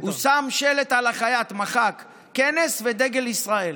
הוא מחק, שם שלט על ה"חייט": "כנס", ודגל ישראל.